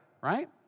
right